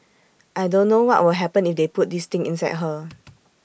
I don't know what will happen if they put this thing inside her